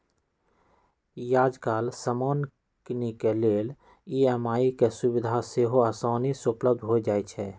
याजकाल समान किनेके लेल ई.एम.आई के सुभिधा सेहो असानी से उपलब्ध हो जाइ छइ